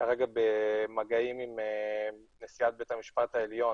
כרגע במגעים עם נשיאת בית המשפט העליון